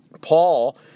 Paul